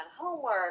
homework